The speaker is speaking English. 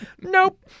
nope